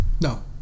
No